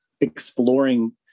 exploring